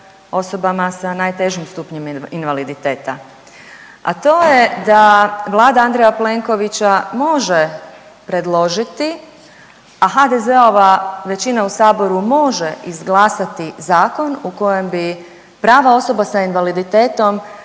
osobama sa najtežim stupnjem invaliditeta, a to je da vlada Andreja Plenkovića može predložiti, a HDZ-ova većina u Saboru može izglasati zakon u kojem bi prava osoba s invaliditetom